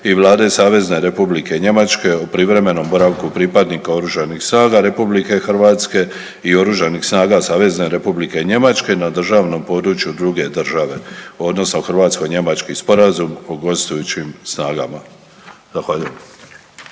i Vlade Savezne Republike Njemačke o privremenom boravku pripadnika Oružanih snaga Republike Hrvatske i Oružanih snaga Savezne Republike Njemačke na državnom području druge države odnosno Hrvatsko-njemački sporazum o gostujućim snagama. Zahvaljujem.